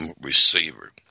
receiver